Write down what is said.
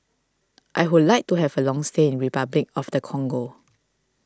I would like to have a long stay in Repuclic of the Congo